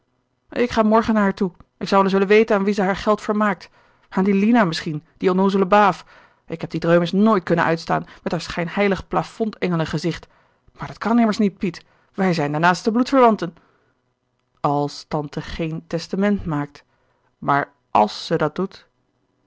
ik ga morgen naar naar toe ik zou wel eens willen weten aan wie ze haar geld vermaakt aan die lina misschien die onnoozele baaf ik heb die dreumis nooit kunnen uitstaan met haar schijnheilig plafond engelen gezicht maar dat kan immers niet piet wij zijn de naaste bloedverwanten als tante geen testament maakt maar als ze dat doet